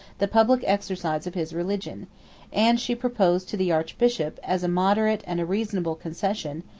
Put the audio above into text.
the public exercise of his religion and she proposed to the archbishop, as a moderate and reasonable concession,